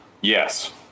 Yes